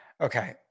Okay